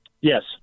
yes